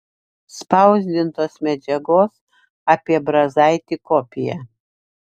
spausdintos medžiagos apie brazaitį kopija